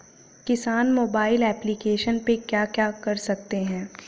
किसान mobile application पे क्या क्या कर सकते हैं?